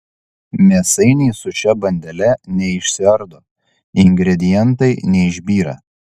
mėsainiai su šia bandele neišsiardo ingredientai neišbyra